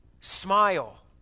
smile